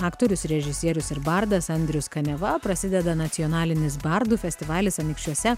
aktorius režisierius ir bardas andrius kaniava prasideda nacionalinis bardų festivalis anykščiuose